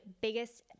biggest